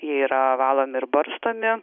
yra valomi ir barstomi